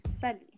Sally